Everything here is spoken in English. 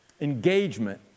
engagement